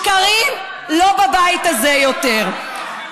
שקרים, לא בבית הזה יותר.